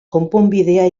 konponbidea